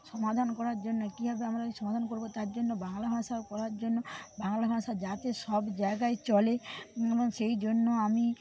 সমাধান করার জন্য কীভাবে আমরা ওই সমাধান করব তার জন্য বাংলা ভাষা পড়ার জন্য বাংলা ভাষা যাতে সব জায়গায় চলে মানে সেই জন্য আমি